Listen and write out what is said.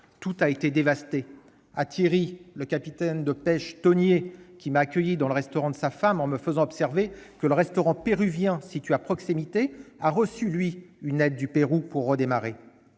Tout a été dévasté. Je pense à Thierry, capitaine de pêche thonier, qui m'a accueilli dans le restaurant de sa femme en me faisant observer que le restaurant péruvien situé à proximité avait reçu, lui, une aide du Pérou pour redémarrer.